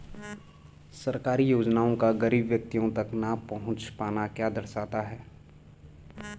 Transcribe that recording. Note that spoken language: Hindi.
सरकारी योजनाओं का गरीब व्यक्तियों तक न पहुँच पाना क्या दर्शाता है?